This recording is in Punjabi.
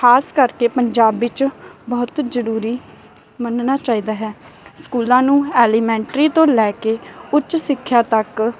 ਖ਼ਾਸ ਕਰਕੇ ਪੰਜਾਬ ਵਿੱਚ ਬਹੁਤ ਜ਼ਰੂਰੀ ਮੰਨਣਾ ਚਾਹੀਦਾ ਹੈ ਸਕੂਲਾਂ ਨੂੰ ਐਲੀਮੈਂਟਰੀ ਤੋਂ ਲੈ ਕੇ ਉੱਚ ਸਿੱਖਿਆ ਤੱਕ